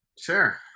Sure